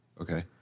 Okay